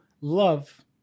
love